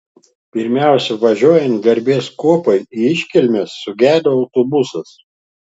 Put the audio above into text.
pirmiausia važiuojant garbės kuopai į iškilmes sugedo autobusas